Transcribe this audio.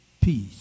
Peace